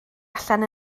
allan